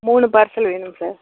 மூணு பார்சல் வேணும் சார்